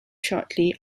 shortly